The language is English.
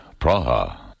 Praha